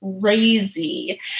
crazy